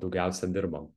daugiausia dirbam